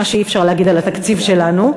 מה שאי-אפשר להגיד על התקציב שלנו.